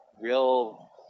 real